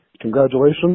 congratulations